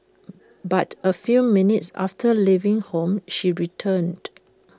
but A few minutes after leaving home she returned